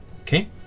Okay